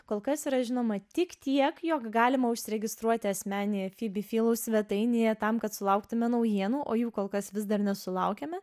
kol kas yra žinoma tik tiek jog galima užsiregistruoti asmeninėje fibi filou svetainėje tam kad sulauktume naujienų o jų kol kas vis dar nesulaukiame